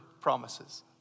promises